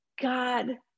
God